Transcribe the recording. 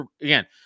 again